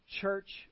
church